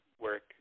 work